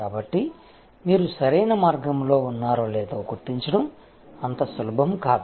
కాబట్టి మీరు సరైన మార్గంలో ఉన్నారో లేదో గుర్తించడం అంత సులభం కాదు